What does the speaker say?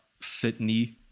sydney